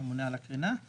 הממונה על הקרינה,